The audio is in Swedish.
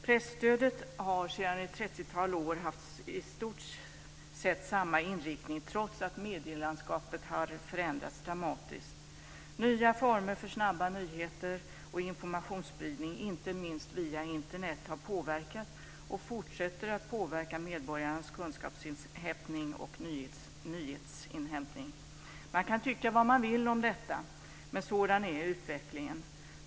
Presstödet har sedan ett trettiotal år haft i stort sett samma inriktning trots att medielandskapet har förändrats dramatiskt. Nya former för snabba nyheter och informationsspridning inte minst via Internet har påverkat och fortsätter att påverka medborgarnas kunskapsinhämtning och nyhetsinhämtning. Man kan tycka vad man vill om detta, men sådan är utvecklingen.